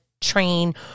train